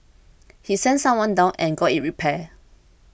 he sent someone down and got it repaired